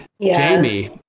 Jamie